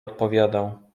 odpowiadał